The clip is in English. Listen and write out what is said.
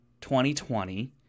2020